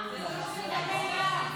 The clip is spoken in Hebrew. במליאה.